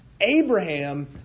Abraham